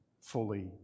fully